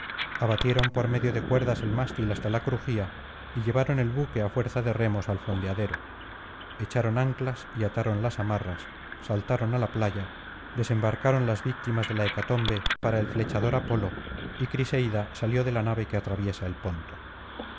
abatieron por medio de cuerdas el mástil hasta la crujía y llevaron el buque á fuerza de remos al fondeadero echaron anclas y ataron las amarras saltaron á la playa desembarcaron las víctimas de la hecatombe para el flechador apolo y criseida salió de la nave que atraviesa el ponto